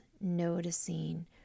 noticing